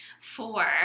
Four